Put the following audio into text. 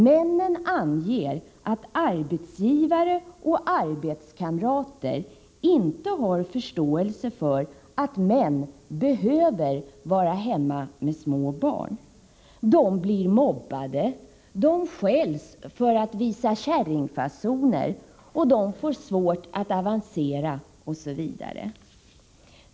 Männen anger att arbetsgivare och arbetskamrater inte har förståelse för att män behöver vara hemma med små barn. De blir mobbade, de skälls för att visa käringfasoner, de får svårt att avancera osv.